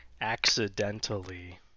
accidentally